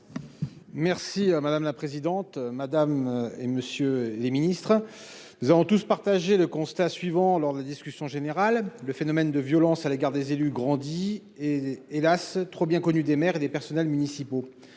Merci à madame la présidente, madame et monsieur les ministres, nous avons tous partager le constat suivant : lors de la discussion générale, le phénomène de violence à l'égard des élus grandit hélas trop bien connu des maires et des personnels municipaux,